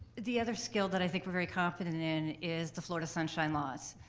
the other skill that i think we're very confident in is the florida sunshine laws.